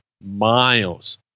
miles